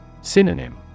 Synonym